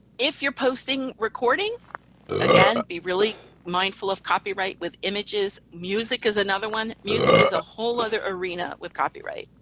if you're posting recording again be really mindful of copyright with images, music is another one. music is a whole other arena with copyright,